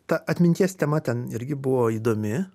ta atminties tema ten irgi buvo įdomi